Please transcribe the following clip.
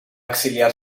exiliar